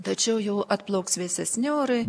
tačiau jau atplauks vėsesni orai